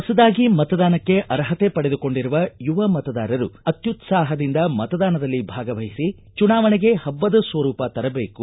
ಹೊಸದಾಗಿ ಮತದಾನಕ್ಕೆ ಅರ್ಹತೆ ಪಡೆದುಕೊಂಡಿರುವ ಯುವ ಮತದಾರರು ಅತ್ಯುತ್ಲಾಪದಿಂದ ಮತದಾನದಲ್ಲಿ ಭಾಗವಹಿಸಿ ಚುನಾವಣೆಗೆ ಹಬ್ಬದ ಸ್ವರೂಪ ತರಬೇಕು